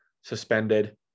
suspended